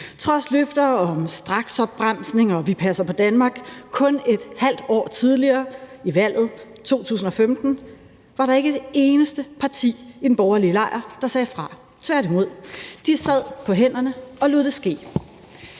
Trods løfter om straksopbremsning og om at passe på Danmark kun et halvt år tidligere ved valget i 2015 var der ikke et eneste parti i den borgerlige lejr, der sagde fra. Tværtimod. De sad på hænderne og lod det ske.